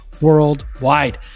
worldwide